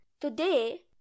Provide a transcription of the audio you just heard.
today